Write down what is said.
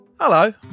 hello